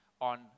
on